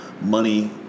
money